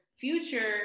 future